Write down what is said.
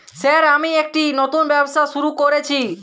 Sir আমি একটি নতুন ব্যবসা শুরু করেছি?